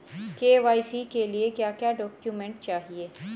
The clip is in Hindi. के.वाई.सी के लिए क्या क्या डॉक्यूमेंट चाहिए?